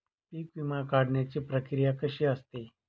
पीक विमा काढण्याची प्रक्रिया कशी असते?